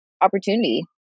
opportunity